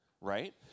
right